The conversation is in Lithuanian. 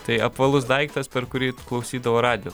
tai apvalus daiktas per kurį klausydavo radijo